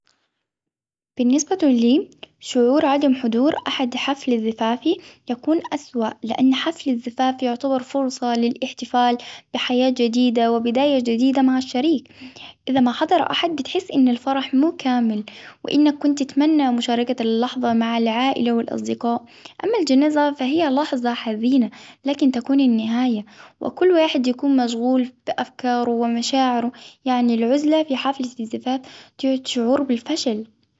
بالنسبة لي شعور عدم حضور أحد حفل زفافي يكون أسوأ، لإن حفل الزفاف يعتبر فرصة للإحتفال بحياة جديدة ، وبداية جديدة مع الشريك، إذا ما حضر أحد بتحس إن الفرح مو كامل وإنك كنت تتمنى مشاركة اللحظة مع العائلة والاصدقاء. أما الجنازة فهي لحظة حزينة لكن تكون النهاية، وكل واحد يكون مشغول بأفكاره ومشاعره، يعني العزلة في حفل الزفاف تزيد شعور بالفشل.